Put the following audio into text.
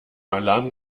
alarm